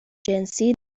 جنسی